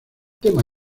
tema